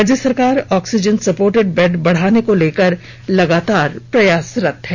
राज्य सरकार oxygen supported bed बढ़ाने को लेकर लगातार प्रयासरत है